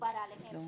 שדובר עליהם.